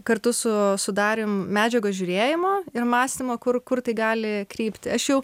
kartu su su darium medžiagos žiūrėjimo ir mąstymo kur kur tai gali krypti aš jau